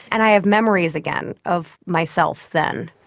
and i have memories again of myself then.